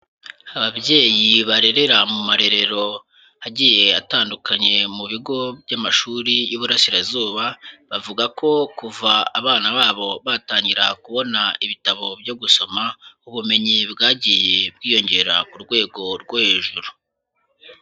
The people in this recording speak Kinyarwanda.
Ababyeyi barerera mu marerero agiye atandukanye mu bigo by'amashuri y'iburasirazuba, bavuga ko kuva abana babo batangira kubona ibitabo byo gusoma, ubumenyi bwagiye bwiyongera ku rwego rwo hejuru.